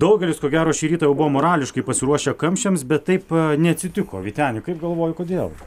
daugelis ko gero šį rytą jau buvo morališkai pasiruošę kamščiams bet taip neatsitiko vyteni kaip galvoji kodėl